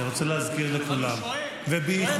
אני רוצה להזכיר לכולם, אני שואל.